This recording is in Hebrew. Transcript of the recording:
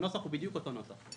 הנוסח הוא בדיוק אותו נוסח.